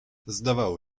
zdawało